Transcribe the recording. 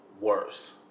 worse